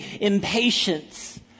impatience